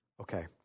Okay